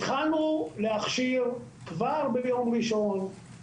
והאתגרים פה הם לא פשוטים במגזרים שאתה מכיר אותם.